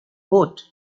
boat